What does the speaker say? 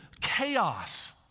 chaos